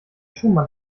schumann